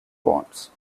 bonds